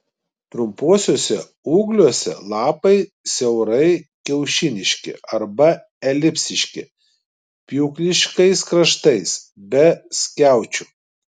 trumpuosiuose ūgliuose lapai siaurai kiaušiniški arba elipsiški pjūkliškais kraštais be skiaučių